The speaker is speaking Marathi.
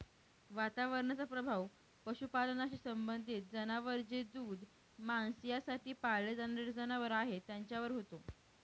वातावरणाचा प्रभाव पशुपालनाशी संबंधित जनावर जे दूध, मांस यासाठी पाळले जाणारे जनावर आहेत त्यांच्यावर होतो